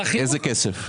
איזה כסף?